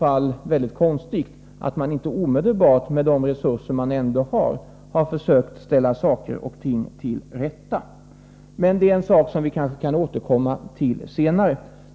Det är väldigt konstigt att man inte omedelbart, med de resurser man ändå har, försökt ställa saker och ting till rätta. Men det är en sak som vi kanske kan återkomma till senare.